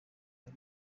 ari